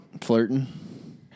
Flirting